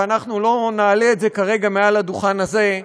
ואנחנו לא נעלה את זה כרגע מעל הדוכן הזה,